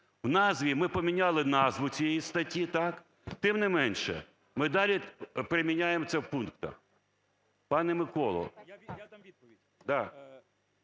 В назві ми поміняли назву цієї статті, так. Тим не менше, ми далі применяем це в пунктах. Пане Миколо…